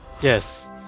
yes